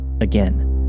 again